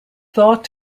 thought